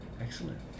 Excellent